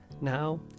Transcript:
now